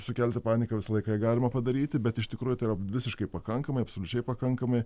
sukelti paniką visą laiką ją galima padaryti bet iš tikrųjų tai yra visiškai pakankamai absoliučiai pakankamai